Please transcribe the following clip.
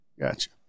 Gotcha